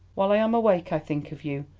while i am awake i think of you,